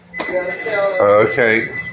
Okay